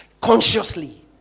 consciously